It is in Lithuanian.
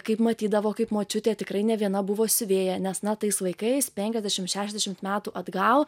kaip matydavo kaip močiutė tikrai ne viena buvo siuvėja nes na tais laikais penkiasdešim šešiasdešimt metų atgal